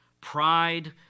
pride